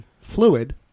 fluid